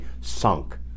sunk